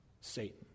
Satan